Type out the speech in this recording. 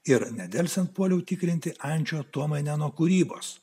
ir nedelsiant puoliau tikrinti ančio tuomaineno kūrybos